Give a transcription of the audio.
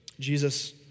Jesus